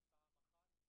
דבר אחד,